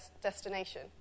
destination